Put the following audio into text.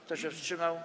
Kto się wstrzymał?